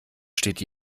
steht